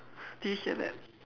did you hear that